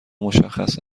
مشخص